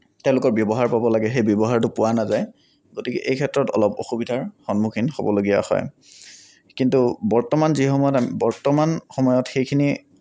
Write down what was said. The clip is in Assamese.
তেওঁলোকৰ ব্যৱহাৰ পাব লাগে সেই ব্যৱহাৰটো পোৱা নাযায় গতিকে এই ক্ষেত্ৰত অলপ অসুবিধাৰ সন্মুখীন হ'বলগীয়া হয় কিন্তু বৰ্তমান যিসময়ত আমি বৰ্তমান সময়ত সেইখিনি